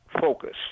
focus